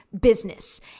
business